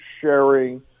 sharing